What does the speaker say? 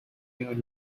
your